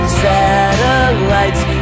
satellites